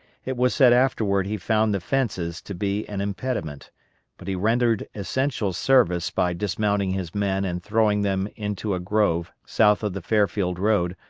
it was said afterward he found the fences to be an impediment but he rendered essential service by dismounting his men and throwing them into a grove south of the fairfield road,